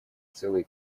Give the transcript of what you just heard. целые